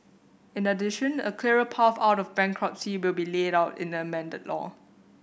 in addition a clearer path out of bankruptcy will be laid out in the amended law